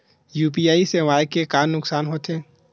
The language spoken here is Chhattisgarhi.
यू.पी.आई सेवाएं के का नुकसान हो थे?